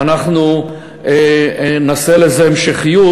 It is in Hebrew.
ואנחנו נעשה לזה המשכיות,